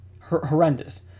Horrendous